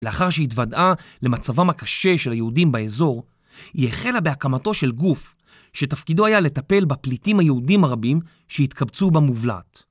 לאחר שהתוודעה למצבם הקשה של היהודים באזור, היא החלה בהקמתו של גוף שתפקידו היה לטפל בפליטים היהודים הרבים שהתקבצו במובלעת.